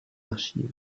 archives